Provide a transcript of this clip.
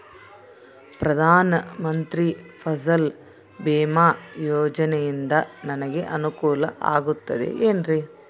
ಪ್ರಧಾನ ಮಂತ್ರಿ ಫಸಲ್ ಭೇಮಾ ಯೋಜನೆಯಿಂದ ನನಗೆ ಅನುಕೂಲ ಆಗುತ್ತದೆ ಎನ್ರಿ?